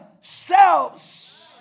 selves